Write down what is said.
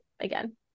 again